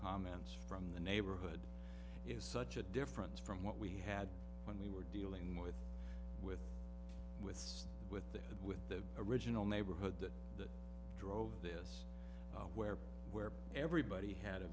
comments from the neighborhood is such a different from what we had when we were dealing with with with the with the original neighborhood that drove this where where everybody had a